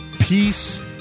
peace